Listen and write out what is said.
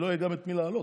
לא יהיה גם את מי להעלות.